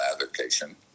allocation